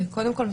ותפוצות.